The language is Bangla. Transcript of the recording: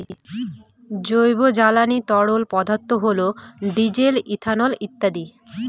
জৈব জ্বালানি তরল পদার্থ হল ডিজেল, ইথানল ইত্যাদি